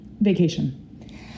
Vacation